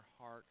heart